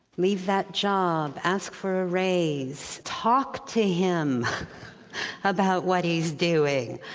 leave that job ask for a raise talk to him about what he's doing.